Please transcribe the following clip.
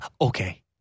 Okay